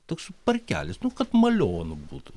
toks parkelis nu kad malionu būtų